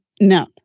no